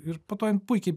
ir po to jin puikiai